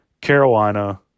Carolina